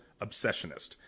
obsessionist